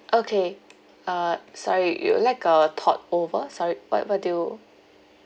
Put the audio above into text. okay uh sorry you would like uh port over sorry what what do you